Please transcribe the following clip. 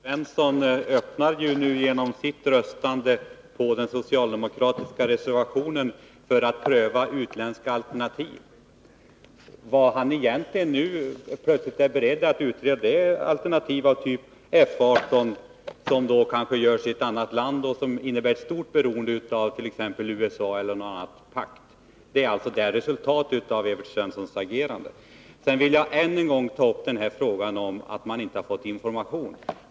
Fru talman! Evert Svensson öppnar genom sitt röstande på den socialdemokratiska reservationen vägen för prövning av utländska alternativ. Vad han nu plötsligt är beredd att utreda är alternativ av typ F 18, som kanske görs i ett annat land och som i så fall innebär stort beroende av USA eller något annat land. Detta är resultatet av Evert Svenssons agerande. Sedan vill jag än en gång ta upp frågan om att socialdemokraterna inte skulle fått information.